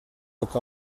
look